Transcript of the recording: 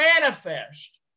manifest